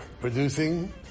producing